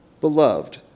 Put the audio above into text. Beloved